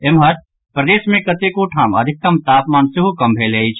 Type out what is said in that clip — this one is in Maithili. एम्हर प्रदेश मे कतेको ठाम अधिकतम तापमान सेहो कम भेल अछि